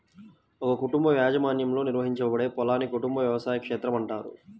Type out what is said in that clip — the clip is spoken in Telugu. ఒక కుటుంబ యాజమాన్యంలో నిర్వహించబడే పొలాన్ని కుటుంబ వ్యవసాయ క్షేత్రం అంటారు